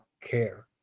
care